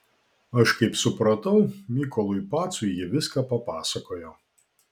aš kaip supratau mykolui pacui ji viską papasakojo